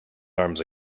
arms